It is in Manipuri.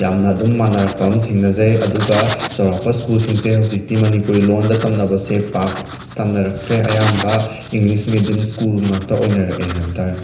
ꯌꯥꯝꯅ ꯑꯗꯨꯝ ꯃꯥꯟꯅꯔꯛꯄ ꯑꯃ ꯊꯦꯡꯅꯖꯩ ꯑꯗꯨꯒ ꯆꯥꯎꯔꯥꯛꯄ ꯁ꯭ꯀꯨꯜꯁꯤꯡꯁꯦ ꯍꯧꯖꯤꯛꯇꯤ ꯃꯅꯤꯄꯨꯔꯤ ꯂꯣꯟꯗ ꯇꯝꯅꯕꯁꯦ ꯄꯥꯛ ꯇꯝꯅꯔꯛꯇ꯭ꯔꯦ ꯑꯌꯥꯝꯕ ꯏꯪꯂꯤꯁ ꯃꯦꯗ꯭ꯌꯝ ꯁ꯭ꯀꯨꯜ ꯉꯥꯛꯇ ꯑꯣꯏꯅꯔꯛꯑꯦ ꯍꯥꯏꯕ ꯇꯥꯔꯦ